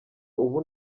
ubu